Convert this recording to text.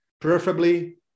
preferably